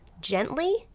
gently